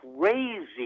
crazy